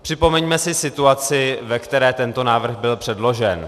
Připomeňme si situaci, ve které tento návrh byl předložen.